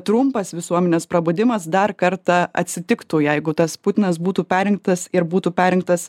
trumpas visuomenės prabudimas dar kartą atsitiktų jeigu tas putinas būtų perrinktas ir būtų perrinktas